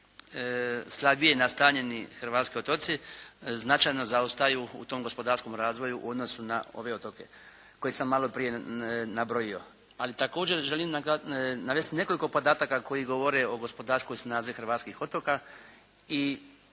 slabije nastanjeni hrvatski otocima značajno zaostaju u tom gospodarskom razvoju u odnosu na ove otoke koje sam maloprije nabrojio. Ali također želim navesti nekoliko podataka koji govore o gospodarskoj snazi hrvatskih otoka i